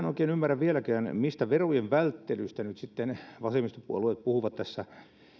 oikein ymmärrä vieläkään mistä verojen välttelystä nyt sitten vasemmistopuolueet puhuvat tässä